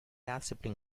accepting